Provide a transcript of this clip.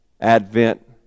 advent